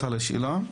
(רע"מ,